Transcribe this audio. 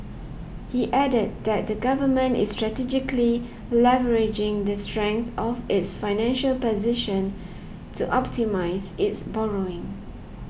he added that the Government is strategically leveraging the strength of its financial position to optimise its borrowing